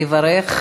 יברך